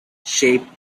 shape